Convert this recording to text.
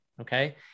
okay